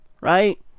Right